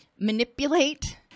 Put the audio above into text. manipulate